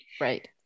Right